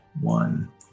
One